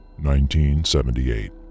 1978